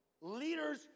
Leaders